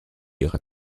ihrer